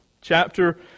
Chapter